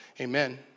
amen